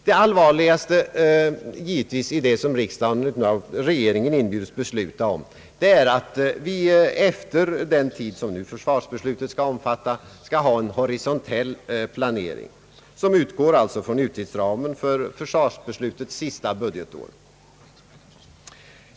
Det som givetvis är mest allvarligt av det som riksdagen av regeringen inbjuds besluta om är att vi efter den tid som försvarsbeslutet skall omfatta skall ha en horisontell planering som utgår från utgiftsramen för försvarsbeslutets sista budgetår.